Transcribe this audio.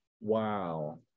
Wow